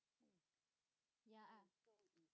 ya